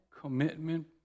commitment